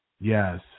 Yes